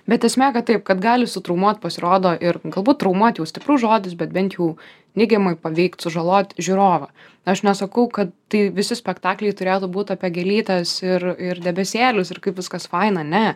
bet esmė kad taip kad gali sutraumuot pasirodo ir galbūt traumuot jau stiprus žodis bet bent jau neigiamai paveikt sužalot žiūrovą aš nesakau kad tai visi spektakliai turėtų būt apie gėlytes ir ir debesėlius ir kaip viskas faina ne